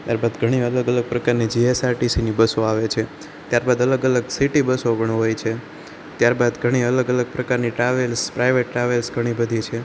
ત્યારબાદ ઘણી અલગ અલગ પ્રકારની જીએસઆરટીસી ની બસ આવે છે ત્યારબાદ અલગ અલગ સિટી બસ પણ હોય છે ત્યારબાદ ઘણી અલગ અલગ પ્રકારની ટ્રાવેલ્સ પ્રાઇવેટ ટ્રાવેલ્સ ઘણી બધી છે